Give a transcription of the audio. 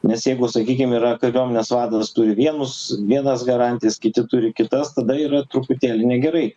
nes jeigu sakykim yra kariuomenės vadas turi vienus vienas garantijas kiti turi kitas tada yra truputėlį negerai